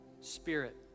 Spirit